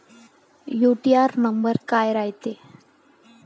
UTR number काय रायते?